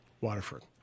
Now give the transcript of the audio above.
waterford